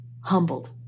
humbled